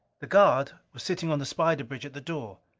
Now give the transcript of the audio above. the guard was sitting on the spider bridge at the door.